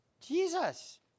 Jesus